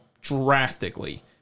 drastically